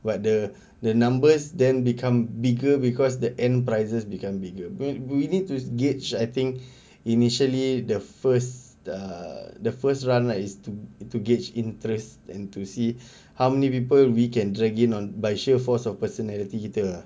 but the the numbers then become bigger because the end prizes become bigger we we need to gauge I think initially the first err the first round lah is to is to gauge interest and to see how many people we can drag in on by sheer force of personality heater